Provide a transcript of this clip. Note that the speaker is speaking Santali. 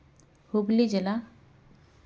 ᱦᱩᱜᱽᱞᱤ ᱡᱮᱞᱟ